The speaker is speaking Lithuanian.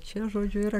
čia žodžiu yra